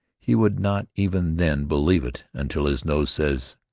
he would not even then believe it until his nose said,